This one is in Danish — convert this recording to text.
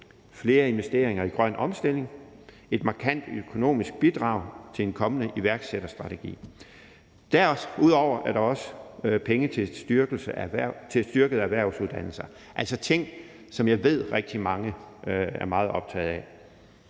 flere investeringer i grøn omstilling og et markant økonomisk bidrag til en kommende iværksætterstrategi. Derudover er der også penge til styrkede erhvervsuddannelser. Det er ting, som jeg ved rigtig mange er meget optaget af.